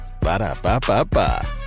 Ba-da-ba-ba-ba